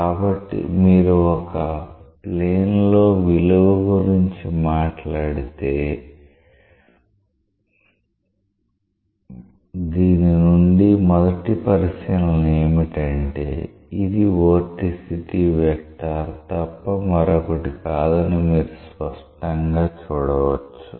కాబట్టి మీరు ఒక ప్లేన్ లో విలువ గురించి మాట్లాడితే దీని నుండి మొదటి పరిశీలన ఏమిటంటే ఇది వోర్టిసిటీ వెక్టర్ తప్ప మరొకటి కాదని మీరు స్పష్టంగా చూడవచ్చు